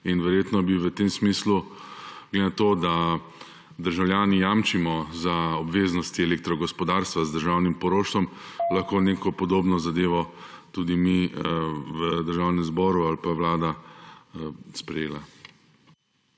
Verjetno bi v tem smislu, glede na to da državljani jamčimo za obveznosti elektrogospodarstva z državnim poroštvom, neko podobno zadevo sprejeli tudi mi v državnem zboru ali pa bi sprejela